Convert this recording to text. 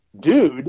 dude